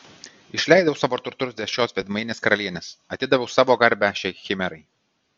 išleidau savo turtus dėl šios veidmainės karalienės atidaviau savo garbę šiai chimerai